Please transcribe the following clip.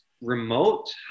remote